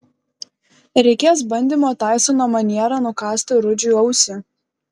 reikės bandymo taisono maniera nukąsti rudžiui ausį